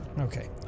Okay